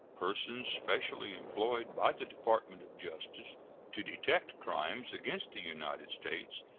persons specially employed by the department of justice to detect crimes against the united states,